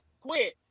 quit